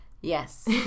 Yes